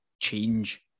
change